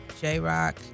J-Rock